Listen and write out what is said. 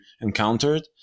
encountered